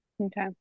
Okay